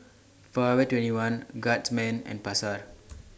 Forever twenty one Guardsman and Pasar